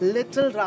Little